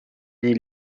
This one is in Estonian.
nii